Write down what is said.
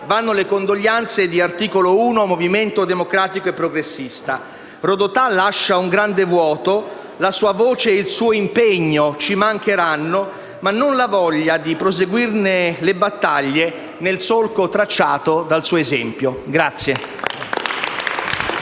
vanno le condoglianze del Gruppo Articolo 1 - Movimento democratico e progressista. Rodotà lascia un grande vuoto; la sua voce e il suo impegno ci mancheranno, ma non la voglia di proseguirne le battaglie nel solco tracciato dal suo esempio.